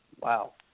Wow